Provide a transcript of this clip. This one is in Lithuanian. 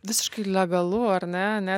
visiškai legalu ar ne ne